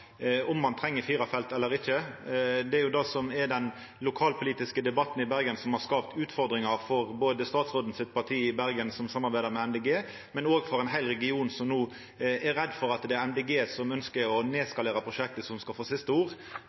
om ein treng firefelts veg eller ikkje. Det er jo det som er den lokalpolitiske debatten i Bergen, som har skapt utfordringar for statsrådens parti i Bergen, som samarbeider med Miljøpartiet Dei Grøne, men òg for ein heil region, som no er redd for at det er Miljøpartiet Dei Grøne, som ønskjer å skalera ned prosjektet, som skal få siste ord.